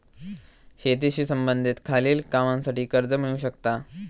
शेतीशी संबंधित खालील कामांसाठी कर्ज मिळू शकता